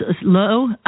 low